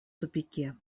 тупике